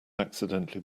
accidentally